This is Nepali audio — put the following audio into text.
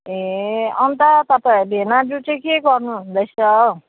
ए अन्त तपाईँ भेनाजु चाहिँ के गर्नुहुँदैछ हौ